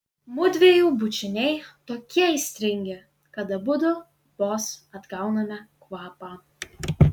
mudviejų bučiniai tokie aistringi kad abudu vos atgauname kvapą